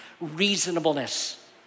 reasonableness